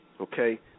Okay